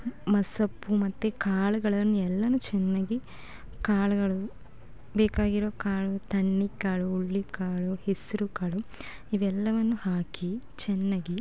ಮಸೊಪ್ಪು ಮತ್ತು ಕಾಳ್ಗಳನ್ನು ಎಲ್ಲ ಚೆನ್ನಾಗಿ ಕಾಳುಗಳು ಬೇಕಾಗಿರೋ ಕಾಳು ತಣ್ಣಿಕಾಳು ಹುರುಳೀಕಾಳು ಹೆಸರುಕಾಳು ಇವೆಲ್ಲವನ್ನು ಹಾಕಿ ಚೆನ್ನಾಗಿ